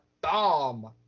bomb